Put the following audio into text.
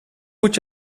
moet